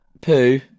poo